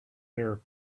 their